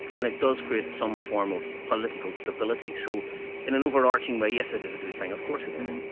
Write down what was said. and it does create some form of political stability. so in an overarching way, yes, it is a good thing, of course it is.